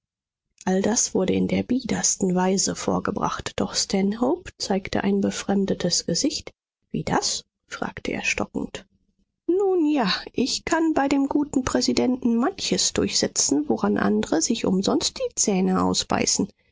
all das wurde in der biedersten weise vorgebracht doch stanhope zeigte ein befremdetes gesicht wie das fragte er stockend nun ja ich kann bei dem guten präsidenten manches durchsetzen woran andre sich umsonst die zähne ausbeißen